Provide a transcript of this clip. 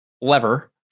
lever